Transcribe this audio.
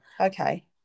okay